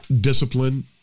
discipline